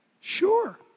Sure